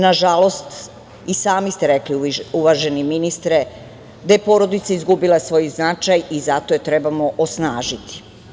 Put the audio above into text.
Nažalost, i sami ste rekli, uvaženi ministre, da je porodica izgubila svoj značaj i zato je trebamo osnažiti.